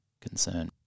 concern